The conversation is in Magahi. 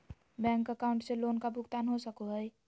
बैंक अकाउंट से लोन का भुगतान हो सको हई?